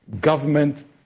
government